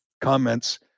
comments